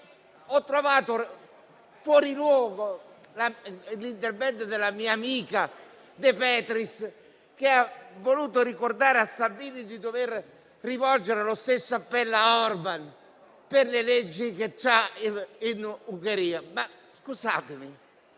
ho trovato fuori luogo l'intervento della mia amica De Petris che ha voluto ricordare a Salvini di dover rivolgere lo stesso appello a Orbán per le leggi in vigore in Ungheria. Dobbiamo